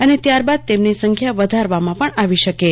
અને ત્યારબાદ તેમની સંખ્યા વધારવામાં પણ આવી શકે છે